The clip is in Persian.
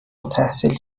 التحصیل